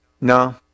No